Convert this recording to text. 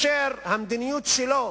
והמדיניות שלו